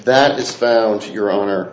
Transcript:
that is found your own